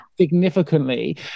significantly